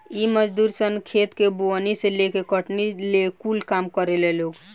इ मजदूर सन खेत के बोअनी से लेके कटनी ले कूल काम करेला लोग